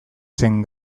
zen